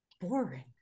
boring